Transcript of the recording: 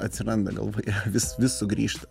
atsiranda galvoje vis vis sugrįžta